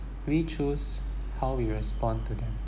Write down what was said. we choose how we respond to them